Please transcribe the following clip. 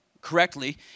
correctly